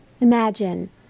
imagine